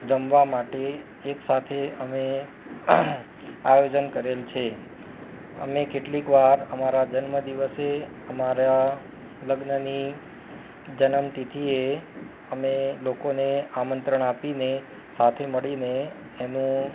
જમવા માટે એકસાથે અમે આયોજન કરેલ છે અમે કેટલીક વાર અમારા જન્મદિવસે અમારા લગ્નની જન્મ તિથિએ અમે લોકોને આમંત્રણ આપીને સાથે મળીને એનું